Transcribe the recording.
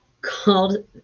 called